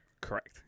correct